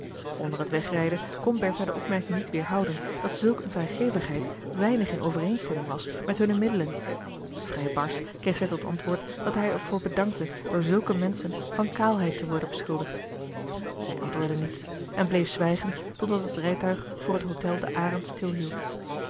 onder het wegrijden kon bertha de opmerking niet weerhouden dat zulk een vrijgevigheid weinig in overeenstemming was met hunne middelen vrij barsch kreeg zij tot antwoord dat hij marcellus emants een drietal novellen er voor bedankte door zulke menschen van kaalheid te worden beschuldigd zij antwoordde niets en bleef zwijgen totdat het rijtuig voor het hôtel de arend